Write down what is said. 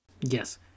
Yes